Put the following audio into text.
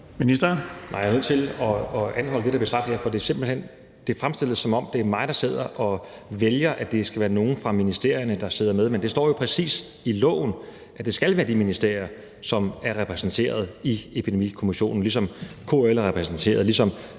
Heunicke): Nej, jeg er nødt til at anholde det, der bliver sagt her, for det bliver simpelt hen fremstillet, som om det er mig, der sidder og vælger, at det skal være nogle fra ministerierne, der sidder med. Men det står jo præcis i loven, at det skal være de ministerier, som er repræsenteret i Epidemikommissionen, ligesom KL er repræsenteret, og ligesom